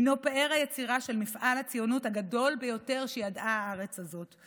הוא פאר היצירה של מפעל הציונות הגדול ביותר שידעה הארץ הזאת,